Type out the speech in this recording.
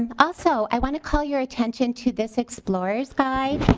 and also i want to call your attention to this explorer's guide.